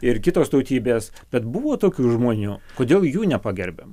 ir kitos tautybės bet buvo tokių žmonių kodėl jų nepagerbiam